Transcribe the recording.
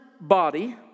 body